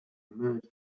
merged